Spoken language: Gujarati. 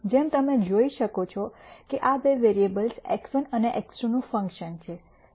જેમ તમે જોઈ શકો છો કે આ બે વેરીએબલ્સ x1 અને x2 નું ફંકશન છે